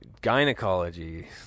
gynecology